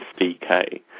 SDK